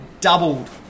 Doubled